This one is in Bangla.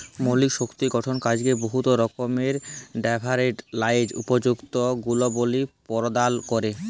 মৌলিক শক্ত গঠল কাঠকে বহুত রকমের ব্যাভারের ল্যাযে উপযুক্ত গুলবলি পরদাল ক্যরে